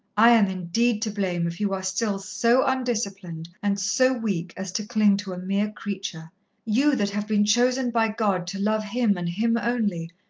i am indeed to blame if you are still so undisciplined and so weak as to cling to a mere creature you that have been chosen by god to love him, and him only!